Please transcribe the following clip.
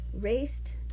raced